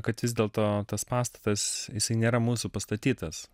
kad vis dėlto tas pastatas jisai nėra mūsų pastatytas